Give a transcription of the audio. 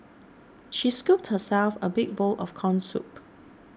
she scooped herself a big bowl of Corn Soup